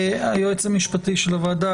היועץ המשפטי של הוועדה,